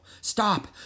Stop